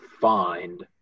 find